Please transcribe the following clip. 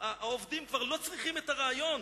העובדים כבר לא צריכים את הרעיון,